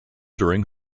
during